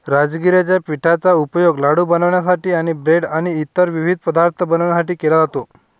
राजगिराच्या पिठाचा उपयोग लाडू बनवण्यासाठी आणि ब्रेड आणि इतर विविध पदार्थ बनवण्यासाठी केला जातो